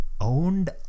Owned